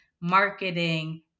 marketing